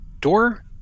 Door